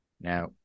Now